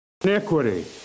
iniquity